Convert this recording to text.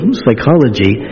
psychology